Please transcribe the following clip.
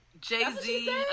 Jay-Z